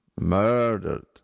murdered